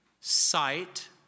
sight